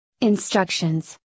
Instructions